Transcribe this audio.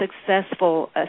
successful